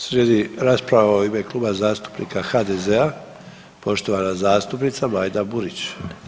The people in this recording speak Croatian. Slijedi rasprava u ime Kluba zastupnika HDZ-a poštovana zastupnica Majda Burić.